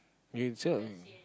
you